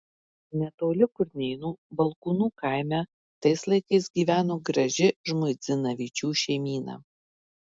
netoli kurnėnų balkūnų kaime tais laikais gyveno graži žmuidzinavičių šeimyna